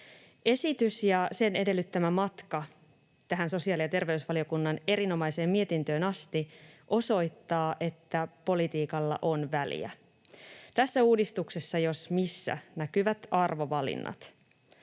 Esitys ja sen edellyttämä matka tähän sosiaali‑ ja terveysvaliokunnan erinomaiseen mietintöön asti osoittavat, että politiikalla on väliä. Tässä uudistuksessa jos missä näkyvät arvovalinnat.